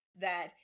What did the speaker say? that-